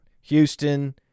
Houston